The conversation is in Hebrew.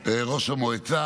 ראש המועצה,